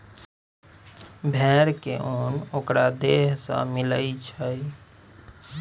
भेड़ के उन ओकरा देह से मिलई छई